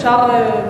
אפשר?